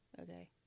Okay